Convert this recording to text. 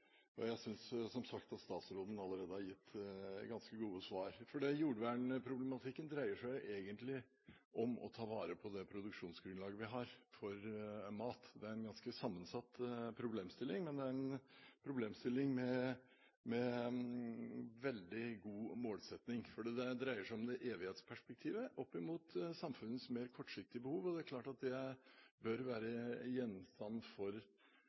og jeg synes som sagt at statsråden allerede har gitt ganske gode svar. Jordvernproblematikken dreier seg egentlig om å ta vare på det produksjonsgrunnlaget vi har for mat. Det er en ganske sammensatt problemstilling, men det er en problemstilling med veldig god målsetting, for det dreier seg om evighetsperspektivet opp mot samfunnets mer kortsiktige behov. Det er klart at det bør være gjenstand for